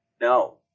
no